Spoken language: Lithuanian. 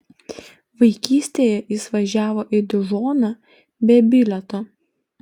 vaikystėje jis važiavo į dižoną be bilieto